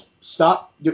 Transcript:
stop